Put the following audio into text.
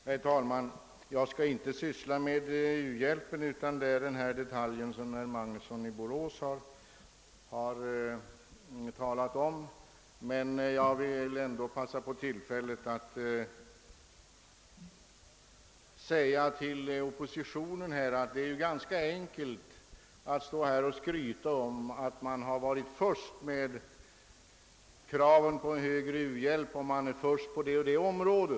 Herr talman! Jag skall syssla, inte med u-hjälpen, utan med den detalj som herr Magnusson i Borås talade om. Jag vill dock passa på tillfället att säga till oppositionen att det är ganska enkelt att stå här och skryta med att man varit först med kraven på högre u-hjälp eller att man varit först på det eller det området.